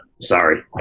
Sorry